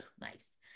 nice